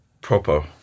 proper